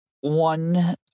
one